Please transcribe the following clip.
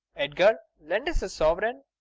edgar, lend us a sovereign.